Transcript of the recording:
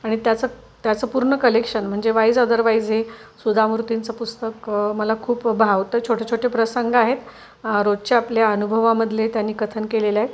आणि त्याचं त्याचं पूर्ण कलेक्शन म्हणजे वाईज अदरवाईज हे सुधा मूर्तींचं पुस्तक मला खूप भावतं छोटे छोटे प्रसंग आहेत रोजच्या आपल्या अनुभवामधले त्यांनी कथन केलेले आहेत